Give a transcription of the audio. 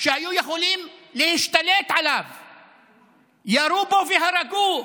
שהיו יכולים להשתלט עליו, ירו בו והרגוהו.